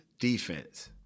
defense